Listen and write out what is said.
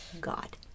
God